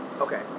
Okay